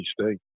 state